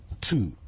Two